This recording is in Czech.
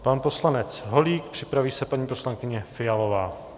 Pan poslanec Holík, připraví se paní poslankyně Fialová.